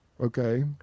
Okay